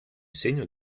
segno